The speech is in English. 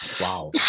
wow